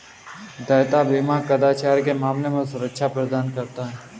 देयता बीमा कदाचार के मामले में सुरक्षा प्रदान करता है